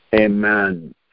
Amen